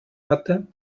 hatte